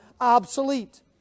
obsolete